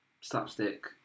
slapstick